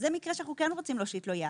זה מקרה שאנו כן רוצים להושיט לו יד.